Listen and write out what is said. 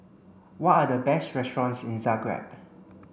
what are the best restaurants in Zagreb